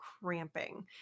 cramping